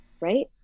right